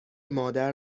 مادر